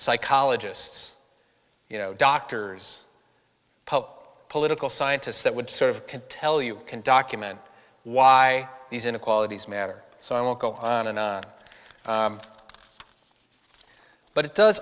psychologists you know doctors pulp political scientists that would sort of can tell you can document why these inequalities matter so i won't go on and on but it does